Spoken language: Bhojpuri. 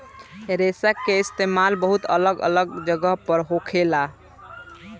रेशा के इस्तेमाल बहुत अलग अलग जगह पर होखेला